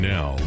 Now